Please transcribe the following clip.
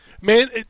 Man